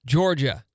Georgia